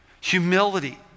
humility